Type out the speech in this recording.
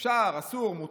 אפשר, אסור, מותר?